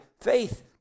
faith